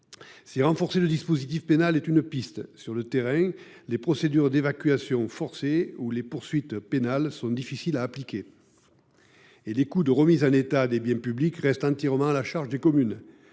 Renforcer le dispositif pénal est une piste, mais, sur le terrain, les procédures d’évacuation forcées ou les poursuites pénales sont difficiles à appliquer, et les coûts de remise en état des biens publics restent entièrement à la charge des communes.